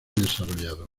desarrollado